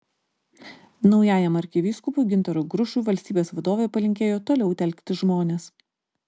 naujajam arkivyskupui gintarui grušui valstybės vadovė palinkėjo toliau telkti žmones